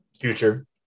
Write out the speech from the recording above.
future